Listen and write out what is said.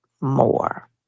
more